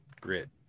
grit